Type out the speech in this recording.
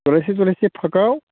जलायसे जलायसे फागआव